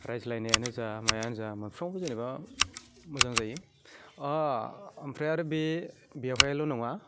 रायज्लायनायानो जा मायानो जा मोनफ्रोमावबो जेनेबा मोजां जायो ओमफ्राय आरो बे बेवहायल' नङा